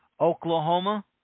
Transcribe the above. Oklahoma